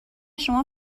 شما